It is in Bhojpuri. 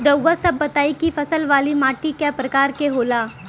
रउआ सब बताई कि फसल वाली माटी क प्रकार के होला?